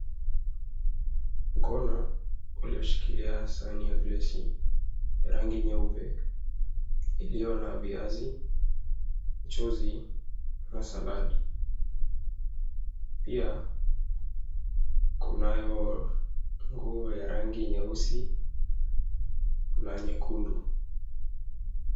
Mkono ulioshikilia sahani ya glasi ya rangi nyeupe iliyo na viazi, mchuzi na saladi, pia kunayo nguo ya rangi nyeusi na nyekundu.